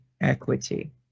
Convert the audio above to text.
equity